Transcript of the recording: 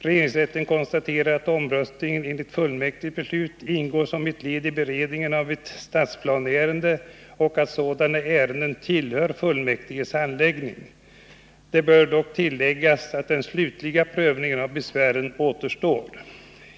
Regeringsrätten konstaterar att omröstningen enligt fullmäktiges beslut ingår som ett led i beredningen av ett stadsplaneärende och att sådana ärenden tillhör fullmäktiges handläggning. Det bör dock tilläggas att den slutliga prövningen av besvären återstår.